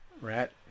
rat